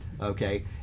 okay